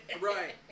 Right